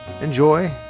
enjoy